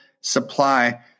supply